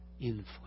influence